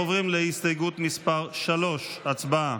אנחנו עוברים להסתייגות מס' 3. הצבעה.